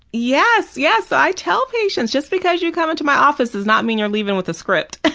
yes, yes, i tell patients, just because you're coming to my office does not mean you're leaving with a script. and